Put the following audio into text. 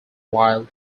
while